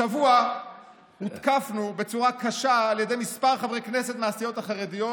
השבוע הותקפנו בצורה קשה על ידי כמה חברי כנסת מהסיעות החרדיות,